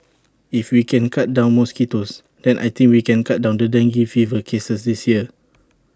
if we can cut down mosquitoes then I think we can cut down the dengue fever cases this year